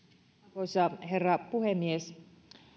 arvoisa herra puhemies